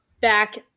back